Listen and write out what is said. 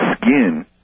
skin